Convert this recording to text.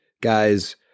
guys